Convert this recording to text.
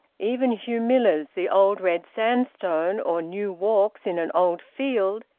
even hugh miller's the old red sandstone, or new walks in an old field,